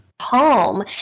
home